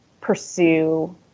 pursue